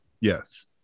Yes